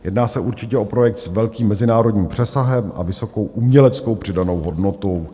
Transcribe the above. Jedná se určitě o projekt s velkým mezinárodním přesahem a vysokou uměleckou přidanou hodnotou.